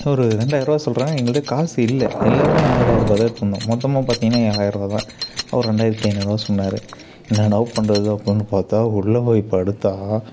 ஒரு ரெண்டாயிரூவா சொல்லுறாங்க எங்கள்கிட்ட காசு இல்லை எல்லாருமே ஆயர ஆயரூபாதான் எடுத்துகிட்டு வந்தோம் மொத்தமாக பார்த்திங்கனா ஏழாயிரூவாதான் அவர் ரெண்டாயிரத்து ஐந்நூறுரூவா சொன்னார் என்னாடா பண்ணுறது அப்படின்னு பார்த்தா உள்ளே போய் படுத்தால்